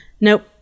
nope